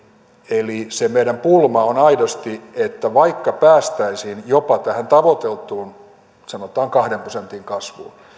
eli se meidän pulma on aidosti että vaikka päästäisiin jopa tähän tavoiteltuun sanotaan kahden prosentin kasvuun niin